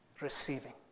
receiving